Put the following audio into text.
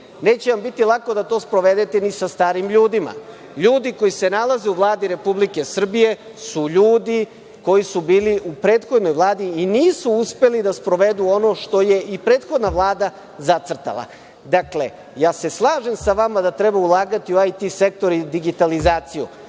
Neće vam biti lako da to sprovedete ni sa starim ljudima. LJudi koji se nalaze u Vladi Republike Srbije su ljudi koji su bili u prethodnoj Vladi i nisu uspeli da sprovedu ono što je i prethodna Vlada zacrtala. Dakle, ja se slažem sa vama da treba ulagati u IT sektor i digitalizaciju,